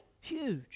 Huge